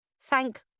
Thank